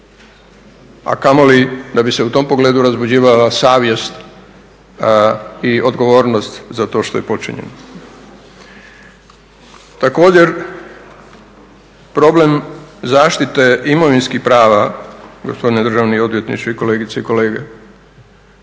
a kamoli da bi se u tom pogledu razbuđivala savjest i odgovornost za to što je počinjeno. Također, problem zaštite imovinskih prava gospodine državni odvjetniče i kolegice i kolege.